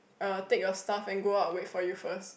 !uh! take your stuff and go out and wait for you first